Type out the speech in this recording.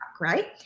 right